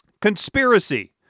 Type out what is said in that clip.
Conspiracy